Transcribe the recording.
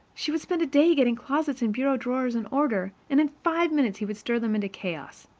she would spend a day getting closets and bureau drawers in order, and in five minutes he would stir them into chaos.